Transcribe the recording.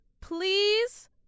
Please